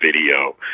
video